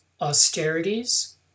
austerities